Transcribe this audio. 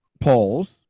polls